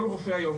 כל הרופאים היום,